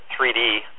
3D